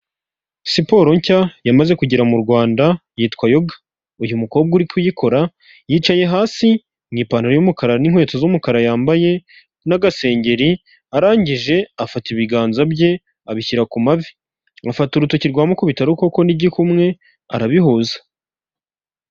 Siporo nshya yamaze kugera mu Rwanda yitwa yoga, uyu mukobwa uri kuyikora yicaye hasi ni ipantaro y'umukara n'inkweto z'umukara yambaye n'agasengeri arangije afata ibiganza bye abishyira ku mavi, afata urutoki rwa mukubitarukoko n'igikumwe arabihuza.